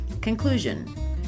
Conclusion